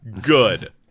Good